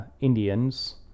Indians